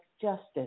justice